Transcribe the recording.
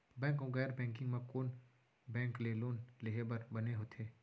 Bank अऊ गैर banking म कोन बैंक ले लोन लेहे बर बने होथे?